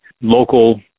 local